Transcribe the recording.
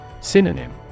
Synonym